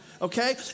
Okay